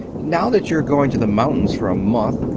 now that you're going to the mountains for a month,